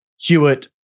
Hewitt